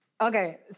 Okay